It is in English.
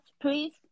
please